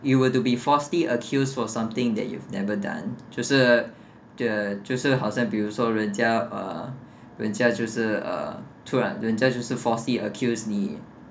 you were to be falsely accused for something that you've never done 就是就是好像比如说人家人家就是 uh 突然人家就是 falsely accuse